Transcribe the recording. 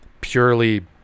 purely